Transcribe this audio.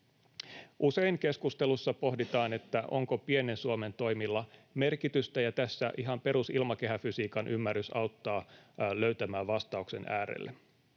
Usein keskustelussa pohditaan, onko pienen Suomen toimilla merkitystä, ja tässä ihan perusilmakehäfysiikan ymmärrys auttaa löytämään vastauksen äärelle.